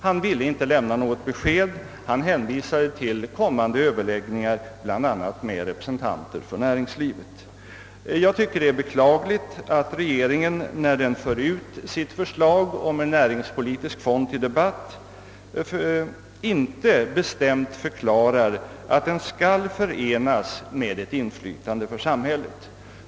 Han ville inte lämna något besked. Han hänvisade till kommande överläggningar bl.a. med representanter för näringslivet. Det är beklagligt att regeringen, när den för ut sitt förslag om en näringspolitisk fond till debatt, inte bestämt förklarar att denna skall förenas med ett inflytande för samhället.